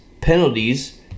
penalties